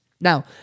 Now